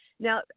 Now